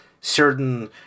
certain